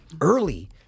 early